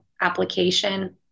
application